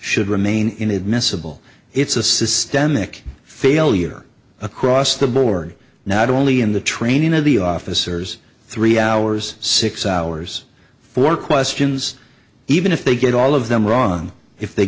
should remain inadmissible it's a systemic failure across the board not only in the training of the officers three hours six hours four questions even if they get all of them wrong if they